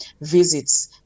visits